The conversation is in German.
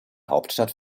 hauptstadt